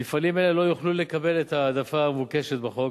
מפעלים אלה לא יוכלו לקבל את ההעדפה המבוקשת בחוק,